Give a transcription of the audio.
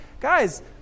Guys